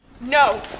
No